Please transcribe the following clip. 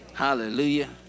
Hallelujah